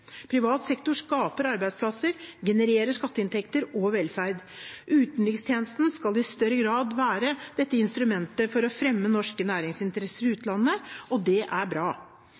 Privat sektor skaper arbeidsplasser og genererer skatteinntekter og velferd. Utenrikstjenesten skal i større grad være et instrument for å fremme norske næringsinteresser i utlandet, og det er bra.